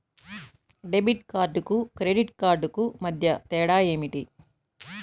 Debit కార్డుకు credit credit కార్డుకు మధ్య తేడా ఏమిటీ?